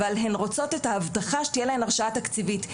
אבל הן רוצות את ההבטחה שתהיה להן הרשאה תקציבית,